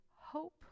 hope